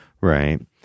Right